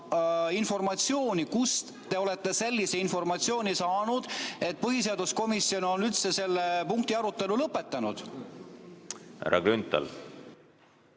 teada seda, kust te olete sellise informatsiooni saanud, et põhiseaduskomisjon on üldse selle punkti arutelu lõpetanud.